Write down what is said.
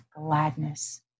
gladness